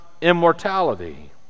immortality